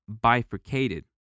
bifurcated